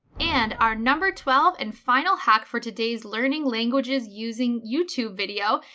and our number twelve and final hack for today's learning languages using youtube video,